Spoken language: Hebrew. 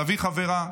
להביא חברה,